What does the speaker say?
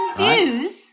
views